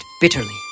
bitterly